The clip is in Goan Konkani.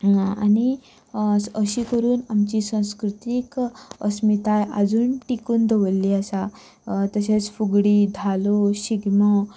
आनी अशे करून आमची संस्कृतीक अस्मिताय आजून टिकून आसा तशेच फुगडी धालो शिगमो